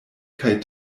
kaj